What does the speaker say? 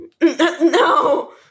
No